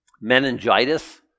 Meningitis